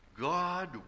God